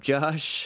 Josh